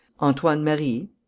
Antoine-Marie